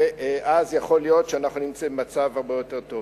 ואז יכול להיות שאנחנו נימצא במצב הרבה יותר טוב.